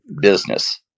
business